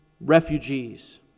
refugees